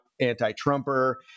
anti-Trumper